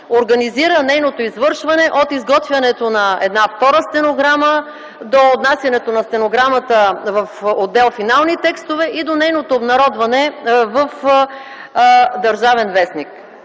организира нейното извършване от изготвянето на втора стенограма до внасянето на стенограмата в отдел „Финални текстове” и до нейното обнародване в “Държавен вестник”.